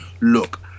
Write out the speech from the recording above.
Look